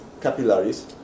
capillaries